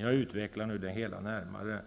Jag utvecklar nu det hela närmare: